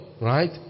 right